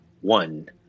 one